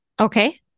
Okay